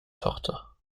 tochter